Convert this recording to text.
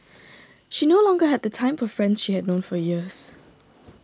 she no longer had the time for friends she had known for years